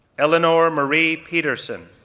eleanore marie petersen,